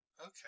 Okay